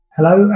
Hello